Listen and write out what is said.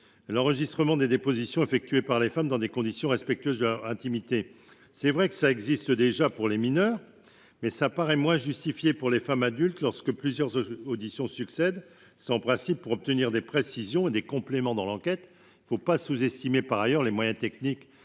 l'enregistrement des dépositions effectuées par les femmes dans des conditions respectueuses leur intimité, c'est vrai que ça existe déjà pour les mineurs, mais ça paraît moins justifié pour les femmes adultes lorsque plusieurs auditions succède sans principes pour obtenir des précisions et des compléments dans l'enquête, il ne faut pas sous-estimer, par ailleurs, les moyens techniques